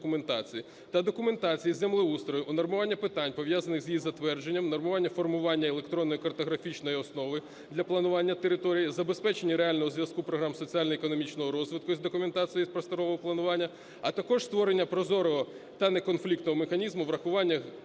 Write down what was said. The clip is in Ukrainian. та документації з землеустрою, унормування питань, пов'язаних з її затвердженням, унормування формування електронної картографічної основи для планування території, забезпечення реального зв'язку програм соціально-економічного розвитку із документацією з просторового планування, а також створення прозорого та неконфліктного механізму врахування